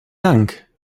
dank